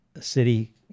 city